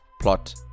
plot